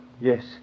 Yes